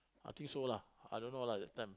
I think so lah I don't know lah that time